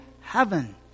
heaven